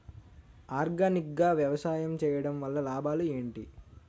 Organic గా వ్యవసాయం చేయడం వల్ల లాభాలు ఏంటి?